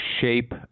shape